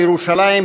לירושלים,